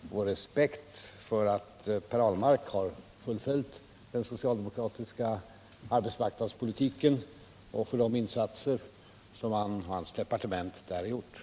vår respekt för att Per Ahlmark har fullföljt den socialdemokratiska arbetsmarknadspolitiken och för de insatser som han och hans departement där gjort.